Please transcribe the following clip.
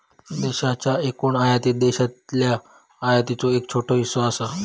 देशाच्या एकूण आयातीत शेतीतल्या आयातीचो एक छोटो हिस्सो असा